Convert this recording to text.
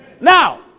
Now